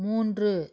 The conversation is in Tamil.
மூன்று